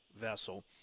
vessel